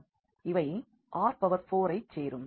எனவே இவை R4ஐச் சேரும்